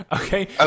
Okay